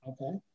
Okay